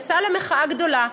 היא יצאה למחאה גדולה.